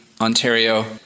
Ontario